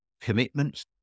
commitments